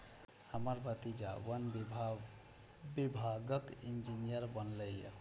हमर भतीजा वन विभागक इंजीनियर बनलैए